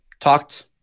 talked